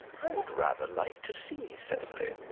i would rather like to see cecily.